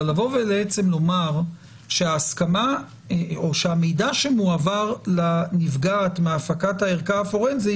אבל לומר שהמידע שמועבר לנפגעת מהפקת הערכה הפורנזית